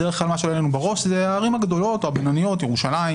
בדר כלל מה שעולה לנו בראש זה הערים הגדולות או הבינוניות: ירושלים,